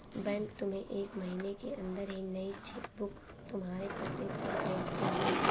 bank तुम्हें एक महीने के अंदर ही नई चेक बुक तुम्हारे पते पर भेज देगी